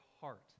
heart